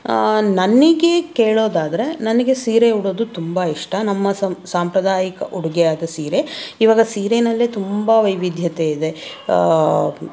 ನನಗೆ ಕೇಳೋದಾದರೆ ನನಗೆ ಸೀರೆ ಉಡೋದು ತುಂಬ ಇಷ್ಟ ನಮ್ಮ ಸಂ ಸಾಂಪ್ರದಾಯಿಕ ಉಡುಗೆಯಾದ ಸೀರೆ ಈವಾಗ ಸೀರೆಯಲ್ಲೇ ತುಂಬ ವೈವಿಧ್ಯತೆ ಇದೆ